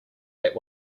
that